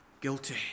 guilty